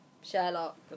Sherlock